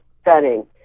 stunning